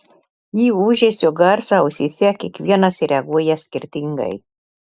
į ūžesio garsą ausyse kiekvienas reaguoja skirtingai